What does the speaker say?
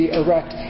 erect